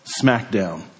smackdown